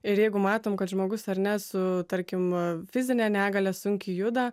ir jeigu matom kad žmogus ar ne su tarkim fizine negalia sunkiai juda